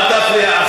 אל תפריע.